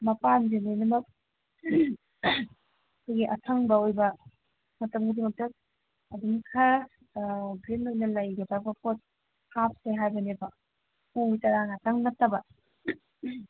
ꯃꯄꯥꯟꯁꯦ ꯂꯣꯏꯅꯃꯛ ꯑꯩꯈꯣꯏꯒꯤ ꯑꯁꯪꯕ ꯑꯣꯏꯕ ꯃꯇꯝ ꯈꯨꯗꯤꯡꯃꯛꯇ ꯑꯗꯨꯝ ꯈꯔ ꯒ꯭ꯔꯤꯟ ꯑꯣꯏꯅ ꯂꯩꯒꯗꯕ ꯄꯣꯠ ꯍꯥꯞꯁꯦ ꯍꯥꯏꯕꯅꯦꯕ ꯎ ꯆꯔꯥ ꯉꯥꯛꯇꯪ ꯅꯠꯇꯕ